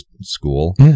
school